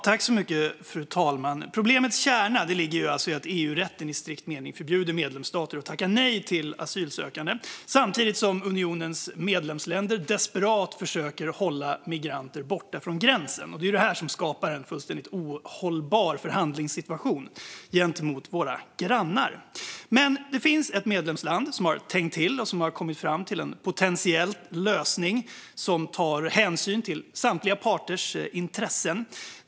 Fru talman! Problemets kärna ligger i att EU-rätten i strikt mening förbjuder medlemsstater att tacka nej till asylsökande. Samtidigt försöker unionens medlemsländer desperat att hålla migranter borta från gränsen. Det är det här som skapar en fullständigt ohållbar förhandlingssituation gentemot våra grannar. Men det finns ett medlemsland som har tänkt till och har kommit fram till en potentiell lösning som tar hänsyn till samtliga parters intressen.